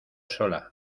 sola